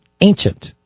Ancient